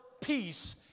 peace